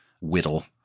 Whittle